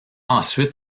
ensuite